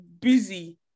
Busy